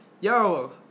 Yo